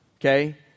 okay